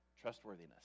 trustworthiness